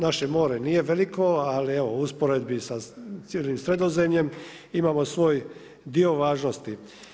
Naše more nije veliko, ali evo u usporedbi sa cijelim Sredozemljem imamo svoj dio važnosti.